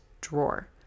drawer